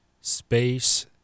space